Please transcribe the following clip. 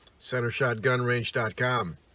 CenterShotGunRange.com